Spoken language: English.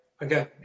Again